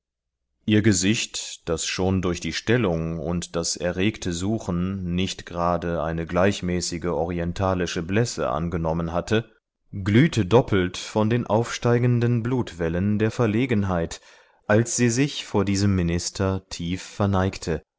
ihr gesicht das schon durch die stellung und das erregte suchen nicht gerade eine gleichmäßige orientalische blässe angenommen hatte glühte doppelt von den aufsteigenden blutwellen der verlegenheit als sie sich vor diesem minister tief verneigte